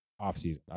offseason